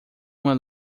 uma